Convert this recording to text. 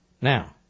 Now